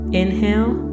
inhale